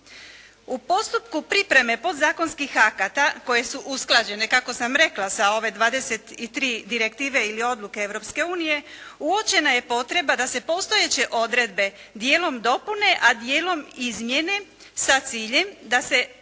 U postupku pripreme podzakonskih akata koje su usklađene kako sam rekla sa ove 23 direktive ili odluke Europske unije uočena je potreba da se postojeće odredbe dijelom dopune, a dijelom izmijene sa ciljem da se